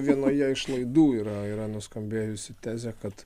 vienoje iš laidų yra yra nuskambėjusi tezė kad